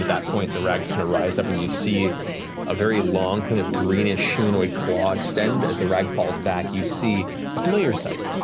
that point, the rags kind of rise up and you see a very long, kind of greenish humanoid claw extend. as the rag falls back, you see a familiar sight.